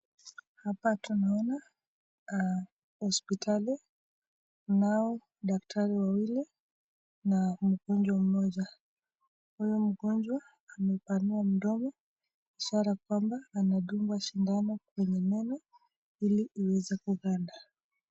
Hapa tunaona hosiptali, kunao daktari wawili na mgonjwa mmoja, huyu mgonjwa amepanua mdomo ishara kwamba anadungwa sindano kwenye meno ili iweze kuganda.